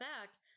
fact